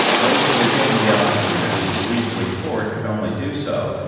those who were given the opportunity to read the report could only do so,